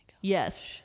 Yes